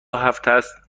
هفتست